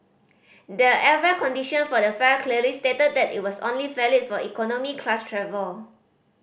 the airfare condition for the fare clearly stated that it was only valid for economy class travel